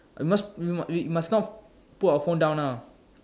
we must we we must not put our phone down now